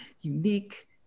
unique